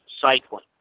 cycling